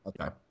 Okay